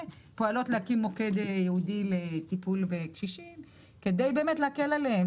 פועלות להקים מוקד ייעודי לטיפול בקשישים כדי להקל עליהם,